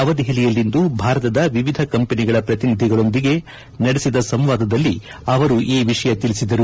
ನವದೆಪಲಿಯಲ್ಲಿಂದು ಭಾರತದ ವಿವಿಧ ಕಂಪನಿಗಳ ಪ್ರಕಿನಿಧಿಗಳೊಂದಿಗೆ ನಡೆಸಿದ ಸಂವಾದದಲ್ಲಿ ಅವರು ಈ ವಿಷಯ ತಿಳಿಸಿದರು